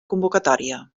convocatòria